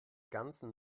ganzen